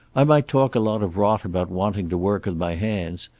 i might talk a lot of rot about wanting to work with my hands.